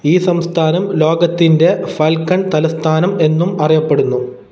ഈ സംസ്ഥാനം ലോകത്തിൻ്റെ ഫാൽക്കൺ തലസ്ഥാനം എന്നും അറിയപ്പെടുന്നു